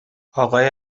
آقای